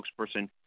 spokesperson